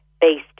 based